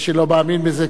מי שלא מאמין בזה,